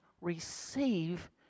receive